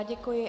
Děkuji.